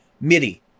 MIDI